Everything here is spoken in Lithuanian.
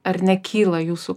ar nekyla jūsų